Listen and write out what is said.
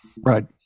right